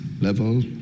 level